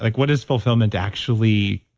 like what is fulfillment actually?